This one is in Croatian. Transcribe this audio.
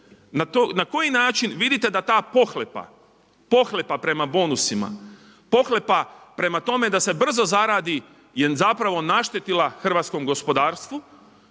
na koji način, vidite da ta pohlepa, pohlepa prema bonusima, pohlepa prema tome da se brzo zaradi je zapravo naštetila hrvatskom gospodarstvu